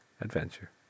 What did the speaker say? adventure